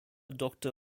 doctor